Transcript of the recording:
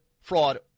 fraud